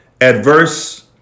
adverse